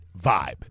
vibe